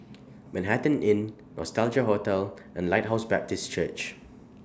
Manhattan Inn Nostalgia Hotel and Lighthouse Baptist Church